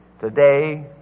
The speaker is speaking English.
today